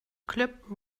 clip